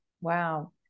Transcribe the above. Wow